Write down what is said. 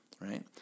right